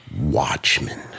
Watchmen